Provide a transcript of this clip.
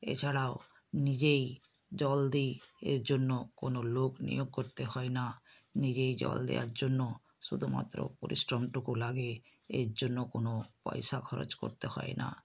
এছাড়াও নিজেই জল দিই এর জন্য কোনও লোক নিয়োগ করতে হয় না নিজেই জল দেয়ার জন্য শুধুমাত্র পরিশ্রম টুকু লাগে এর জন্য কোনও পয়সা খরচ করতে হয় না